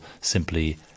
simply